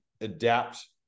adapt